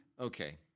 Okay